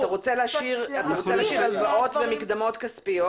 אתה רוצה להשאיר הלוואות ומקדמות כספיות